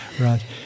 right